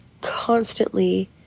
constantly